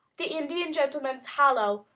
the indian gentleman's hollow,